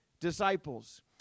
disciples